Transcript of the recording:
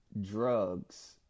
Drugs